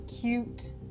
cute